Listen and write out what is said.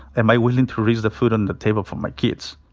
am i willing to risk the food on the table for my kids?